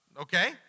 Okay